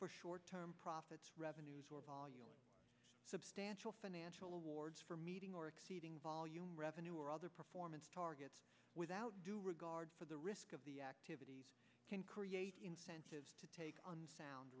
for short term profits revenues or volume substantial financial rewards for meeting or exceeding volume revenue or other performance targets without due regard for the risk of the activity can create incentives to take unsound